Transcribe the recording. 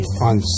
on